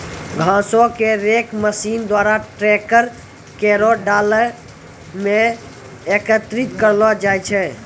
घासो क rake machine द्वारा ट्रैकर केरो डाला म एकत्रित करलो जाय छै